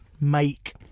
make